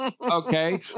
Okay